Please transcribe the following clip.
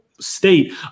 state